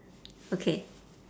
okay